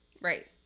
Right